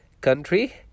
country